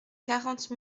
quarante